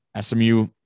SMU